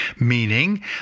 meaning